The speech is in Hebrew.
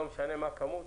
לא משנה מה הכמות?